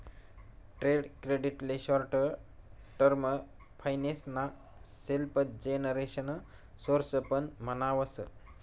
trade credit ले short term finance ना self generation source पण म्हणावस